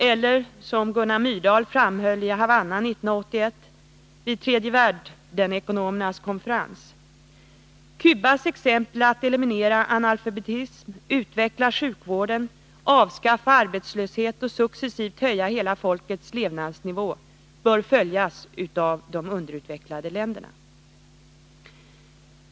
Gunnar Myrdal framhöll i Havanna 1981 vid tredjevärldenekonomernas konferens: Cubas exempel att eliminera analfabetism, utveckla sjukvården, avskaffa arbetslöshet och successivt höja hela folkets levnadsnivå bör följas av de underutvecklade länderna.